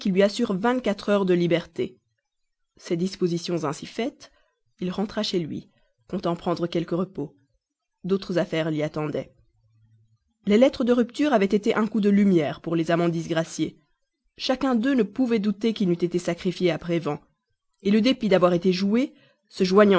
lui assure vingt-quatre heures de liberté ses dispositions ainsi faites il rentra chez lui comptant prendre quelque repos d'autres affaires l'y attendaient les lettres de rupture avaient été un coup de lumière pour les amants disgraciés chacun d'eux ne pouvait douter qu'il n'eût été sacrifié à prévan le dépit d'avoir été joué se